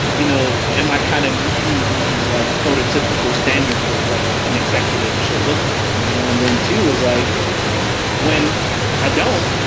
you know, am i kind of meeting these like prototypical standards of what an executive should look like, you know? and then two is like when i don't,